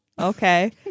Okay